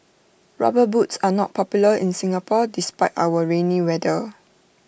rubber boots are not popular in Singapore despite our rainy weather